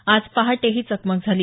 आज पहाटे ही चकमक झाली